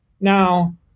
Now